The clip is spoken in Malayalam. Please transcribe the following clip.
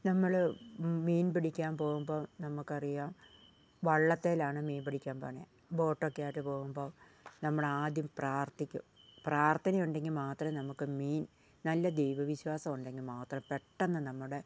നമ്മള് മീൻ പിടിക്കാൻ പോകുമ്പോൾ നമുക്കറിയാം വള്ളത്തേലാണ് മീൻ പിടിക്കാൻ പോകുന്നത് ബോട്ടൊക്കെയായിട്ട് പോകുമ്പോൾ നമ്മളാദ്യം പ്രാർത്ഥിക്കും പ്രാർത്ഥന ഉണ്ടെങ്കിൽ മാത്രമേ നമുക്ക് മീൻ നല്ല ദൈവവിശ്വാസം ഉണ്ടെങ്കിൽ മാത്രമേ പെട്ടെന്ന് നമ്മുടെ